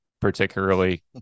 Particularly